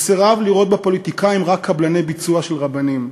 הוא סירב לראות בפוליטיקאים רק קבלני ביצוע של רבנים.